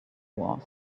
wars